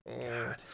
god